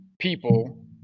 people